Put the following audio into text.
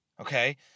Okay